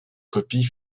copies